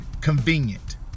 convenient